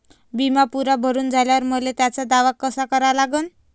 बिमा पुरा भरून झाल्यावर मले त्याचा दावा कसा करा लागन?